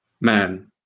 man